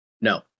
No